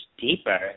deeper